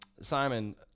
Simon